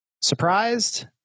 Surprised